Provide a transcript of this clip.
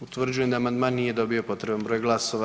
Utvrđujem da amandman nije dobio potreban broj glasova.